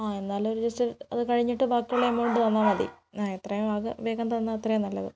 ആ എന്നാല് ഒര് ജസ്റ്റത് അത് കഴിഞ്ഞിട്ടുള്ള ബാക്കിയുള്ള എമൗണ്ട് തന്നാൽ മതി ആ ഇത്രേയും ആ വേഗം തന്നാൽ അത്രയും നല്ലത്